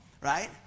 right